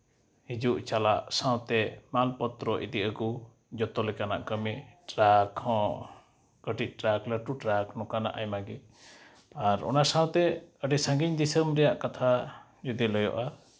ᱦᱤᱡᱩᱜ ᱪᱟᱞᱟᱜ ᱥᱟᱶᱛᱮ ᱢᱟᱞ ᱯᱚᱛᱨᱚ ᱤᱫᱤ ᱟᱹᱜᱩ ᱡᱚᱛᱚ ᱞᱮᱠᱟᱱᱟᱜ ᱠᱟᱹᱢᱤ ᱴᱨᱟᱠ ᱦᱚᱸ ᱠᱟᱹᱴᱤᱡ ᱴᱨᱟᱠ ᱞᱟᱹᱴᱩ ᱴᱨᱟᱠ ᱱᱚᱝᱠᱟᱱᱟᱜ ᱟᱭᱢᱟ ᱜᱮ ᱚᱱᱟ ᱥᱟᱶᱛᱮ ᱟᱹᱰᱤ ᱥᱟᱺᱜᱤᱧ ᱫᱤᱥᱚᱢ ᱨᱮᱭᱟᱜ ᱠᱟᱛᱷᱟ ᱡᱩᱫᱤ ᱞᱟᱹᱭᱟᱹᱜᱼᱟ